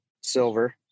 silver